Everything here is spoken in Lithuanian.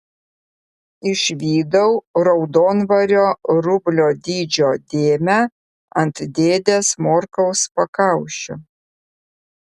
išvydau raudonvario rublio dydžio dėmę ant dėdės morkaus pakaušio